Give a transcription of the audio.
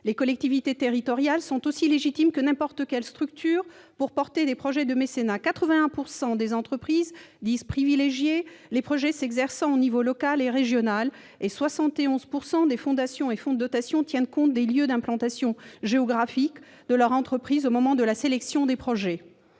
Les collectivités territoriales sont aussi légitimes que n'importe quelle structure pour porter des projets de mécénat. Je rappelle que 81 % des entreprises disent privilégier des projets au niveau local et régional et 71 % des fondations et fonds de dotation tiennent compte des lieux d'implantation géographique de leur entreprise au moment de la sélection des projets.